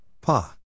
Pa